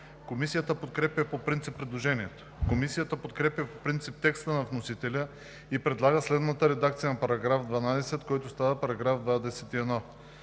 Комисията подкрепя по принцип предложението. Комисията подкрепя по принцип текста на вносителя и предлага следната редакция на § 14, който става § 24: „§ 24.